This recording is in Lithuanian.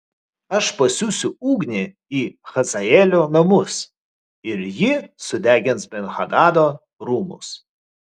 aš pasiųsiu ugnį į hazaelio namus ir ji sudegins ben hadado rūmus